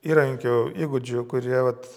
įrankių įgūdžių kurie vat